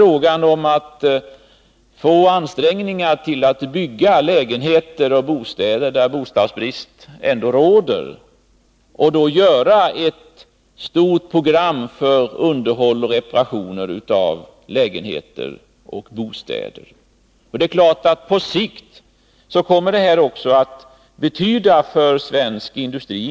I linje med ansträngningarna att bygga lägenheter och andra bostäder på orter där bostadsbrist trots allt råder kommer ett stort program att läggas upp för underhåll och reparationer av bostäder. På sikt kommer detta också att ha betydelse för svensk industri.